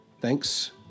thanks